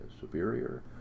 superior